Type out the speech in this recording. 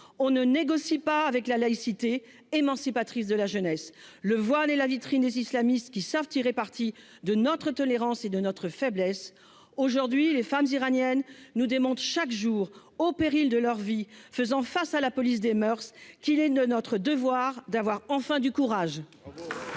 on ne négocie pas avec la laïcité émancipatrice de la jeunesse, le voile et la vitrine et islamistes qui savent tirer parti de notre tolérance et de notre faiblesse aujourd'hui les femmes iraniennes nous démontre chaque jour au péril de leur vie, faisant face à la police des moeurs qu'il est de notre devoir d'avoir enfin du courage.